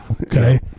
Okay